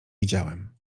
widziałem